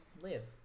live